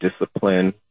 discipline